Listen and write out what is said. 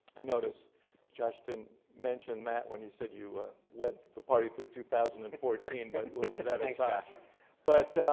i noticed josh didn't mention that when he said you led the party through two thousand and fourteen, but we'll leave that aside. thanks, josh. but